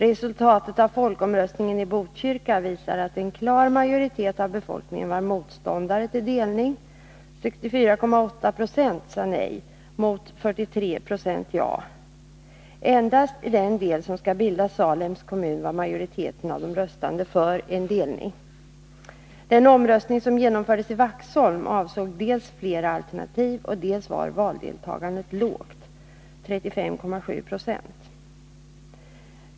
Resultatet av folkomröstningen i Botkyrka visade att en klar majoritet av befolkningen var motståndare till delning. 64,8 20 sade nej mot 43 96 ja. Endast i den del som skall bilda Salems kommun var majoriteten av de röstande för en delning. Beträffande den omröstning som genomfördes i Vaxholm kan sägas dels att den avsåg flera alternativ, dels att valdeltagandet var lågt, 35,7 90.